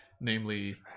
namely